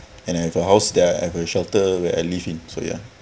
and I have a house that I have a shelter where I live in so ya